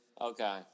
Okay